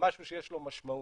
למשהו שיש לו משמעות.